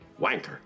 Wanker